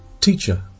Teacher